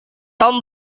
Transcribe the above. tom